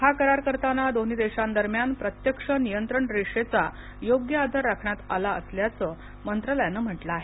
हा करार करताना दोन्ही देशांदरम्यान प्रत्यक्ष नियंत्रण रेषेचा योग्य आदर राखण्यात आला असल्याचं मंत्रालयानं म्हटलं आहे